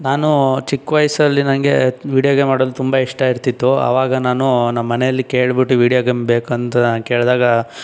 ನಾನು ಚಿಕ್ಕವಯಸಲ್ಲಿ ನನಗೆ ವಿಡಿಯೋ ಗೇಮ್ ಆಡೋದು ತುಂಬ ಇಷ್ಟ ಇರ್ತಿತ್ತು ಆವಾಗ ನಾನು ನಮ್ಮ ಮನೆಯಲ್ಲಿ ಕೇಳ್ಬಿಟ್ಟು ವೀಡಿಯೋ ಗೇಮ್ ಬೇಕಂತ ಕೇಳಿದಾಗ